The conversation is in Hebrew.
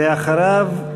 ואחריו,